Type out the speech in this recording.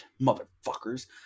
motherfuckers